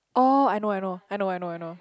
oh I know I know I know I know I know